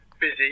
busy